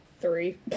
Three